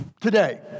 Today